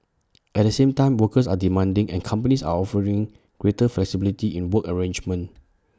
at the same time workers are demanding and companies are offering greater flexibility in work arrangements